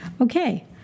Okay